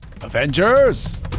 avengers